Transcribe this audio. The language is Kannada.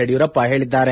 ಯಡಿಯೂರಪ್ಪ ಹೇಳದ್ದಾರೆ